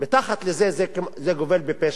מתחת לזה, זה גובל בפשע.